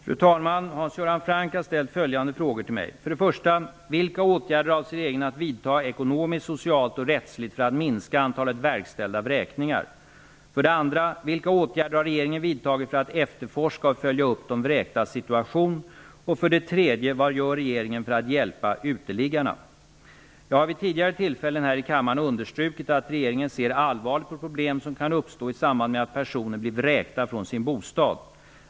Fru talman! Hans Göran Franck har ställt följande frågor till mig: Jag har vid tidigare tillfällen här i kammaren understrukit att regeringen ser allvarligt på problem som kan uppstå i samband med att personer blir vräkta från sin bostad.